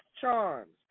charms